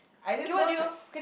I just don't